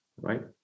right